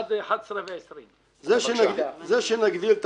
עד 11:20. זה שיגדילו את